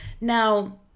Now